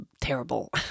terrible